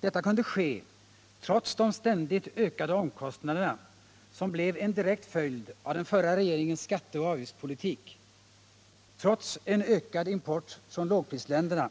Detta kunde ske trots de ständigt ökade omkostnaderna, som blev en direkt följd av den förra regeringens skatteoch avgiftspolitik, trots en ökad import från lågprisländerna